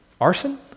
arson